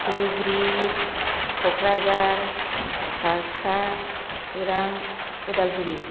Dhubri Kokrajhar Baksa Chirang Udalguri